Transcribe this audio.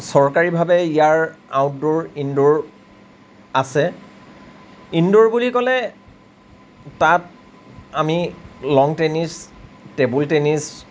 চৰকাৰীভাৱে ইয়াৰ outdoor indoor আছে ইণ্ডোৰ বুলি ক'লে তাত আমি লং টেনিছ টেবুল টেনিছ